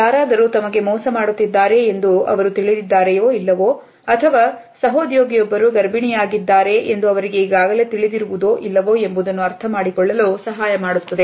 ಯಾರಾದರೂ ತಮಗೆ ಮೋಸ ಮಾಡುತ್ತಿದ್ದಾರೆ ಎಂದು ಅವರು ತಿಳಿದಿದ್ದಾರೆ ಯೋ ಇಲ್ಲವೋ ಅಥವಾ ಸಹೋದ್ಯೋಗಿಯೊಬ್ಬರು ಗರ್ಭಿಣಿಯಾಗಿದ್ದಾರೆ ಎಂದು ಅವರಿಗೆ ಈಗಾಗಲೇ ತಿಳಿದಿರುವುದು ಇಲ್ಲವೋ ಎಂಬುದನ್ನು ಅರ್ಥಮಾಡಿಕೊಳ್ಳಲು ಸಹಾಯ ಮಾಡುತ್ತದೆ